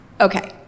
Okay